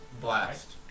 blast